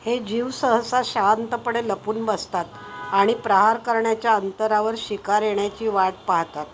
हे जीव सहसा शांतपणे लपून बसतात आणि प्रहार करण्याच्या अंतरावर शिकार येण्याची वाट पाहतात